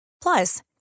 plus